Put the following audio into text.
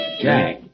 Jack